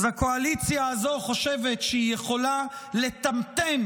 הקואליציה הזו חושבת שהיא יכולה לטמטם